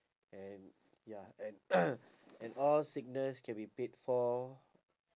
and ya and and all sickness can be paid for